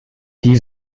die